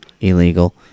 illegal